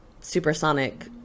supersonic